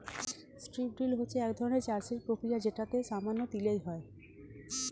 strip drill হচ্ছে একধরনের চাষের প্রক্রিয়া যেটাতে সামান্য তিলেজ হয়